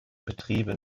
betriebe